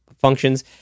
functions